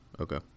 Okay